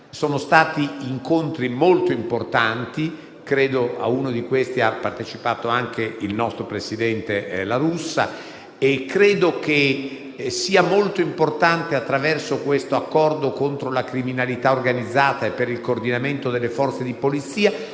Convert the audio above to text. Sono stati incontri molto importanti - credo che a uno di questi abbia partecipato anche il presidente La Russa - e penso che sia fondamentale, attraverso questo accordo contro la criminalità organizzata e per il coordinamento delle forze di polizia,